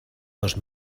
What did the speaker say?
dos